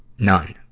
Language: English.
none.